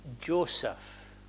Joseph